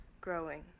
Growing